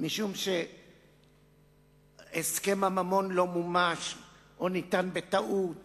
משום שהסכם הממון לא מומש או ניתן בטעות